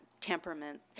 temperament